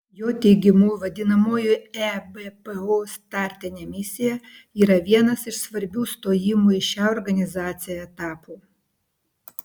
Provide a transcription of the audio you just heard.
jo teigimu vadinamoji ebpo startinė misija yra vienas iš svarbių stojimo į šią organizaciją etapų